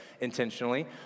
intentionally